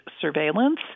surveillance